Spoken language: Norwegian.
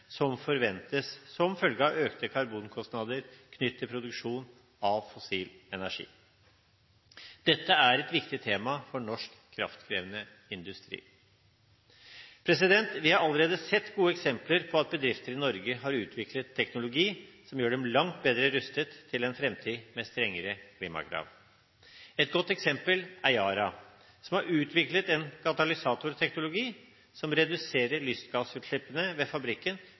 som forventes, som følge av økte karbonkostnader knyttet til produksjon av fossil energi. Dette er et viktig tema for norsk kraftkrevende industri. Vi har allerede sett gode eksempler på at bedrifter i Norge har utviklet teknologi som gjør dem langt bedre rustet til en framtid med strengere klimakrav. Et godt eksempel er Yara, som har utviklet en katalysatorteknologi som reduserer lystgassutslippene ved fabrikken